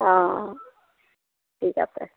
অঁ ঠিক আছে